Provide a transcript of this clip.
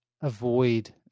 avoid